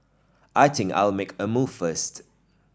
I think I'll make a move first